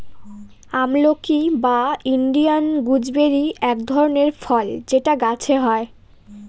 আমলকি বা Indian gooseberry এক ধরনের ফল যেটা গাছে হয়